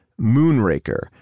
Moonraker